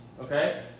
Okay